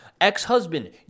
Ex-husband